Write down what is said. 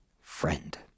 friend